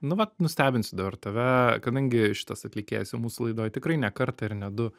nu vat nustebinsiu dabar tave kadangi šitas atlikėjas jau mūsų laidoj tikrai ne kartą ir ne du